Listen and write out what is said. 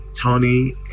Tony